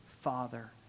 father